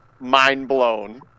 mind-blown